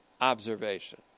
observation